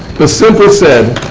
ah simply said,